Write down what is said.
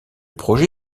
projet